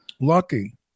Lucky